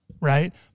right